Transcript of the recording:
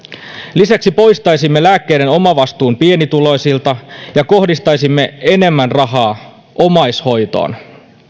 lisäksi poistaisimme lääkkeiden omavastuun pienituloisilta ja kohdistaisimme enemmän rahaa omaishoitoon